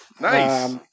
Nice